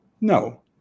No